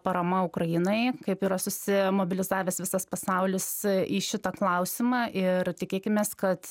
parama ukrainai kaip yra susimobilizavęs visas pasaulis į šitą klausimą ir tikėkimės kad